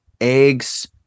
Eggs